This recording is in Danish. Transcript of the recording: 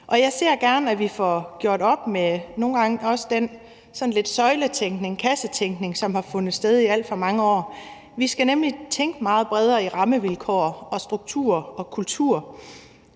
nogle gange sådan lidt søjletænkning, kassetænkning, som har været der i alt for mange år. Vi skal nemlig tænke meget bredere i rammevilkår og strukturer og kultur.